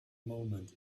moment